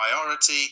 priority